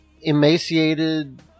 emaciated